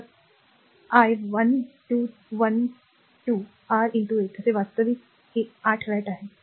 तर i 1 1 2 R 8 आहे वास्तविक ते 8 वॅट आहे